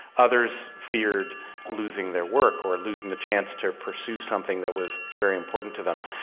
others feared losing their work or losing the chance to pursue something that was very important to them.